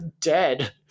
dead